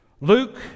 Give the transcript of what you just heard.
Luke